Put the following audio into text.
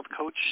coach